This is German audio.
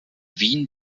wien